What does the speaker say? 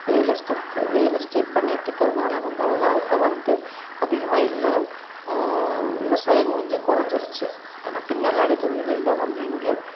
estate estate பண்ணிகிட்ருக்குறதுனால வந்து அங்கே வந்து அதிகமாக இல்லை விவசாயம் கொஞ்சம் குறஞ்சிருச்சி ஆனால் பின்னலாடை தொழில்கள்தான் வந்து இங்கே